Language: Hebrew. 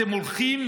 אתם הולכים